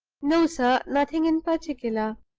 no, sir nothing in particular.